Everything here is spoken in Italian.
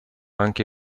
anche